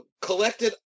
collected